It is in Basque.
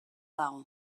dago